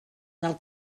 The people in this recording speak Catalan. del